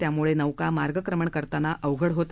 त्यामुळे नौका मार्गक्रमण करताना अवघड होत